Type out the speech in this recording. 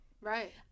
Right